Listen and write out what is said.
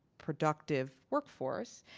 productive workforce.